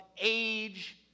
age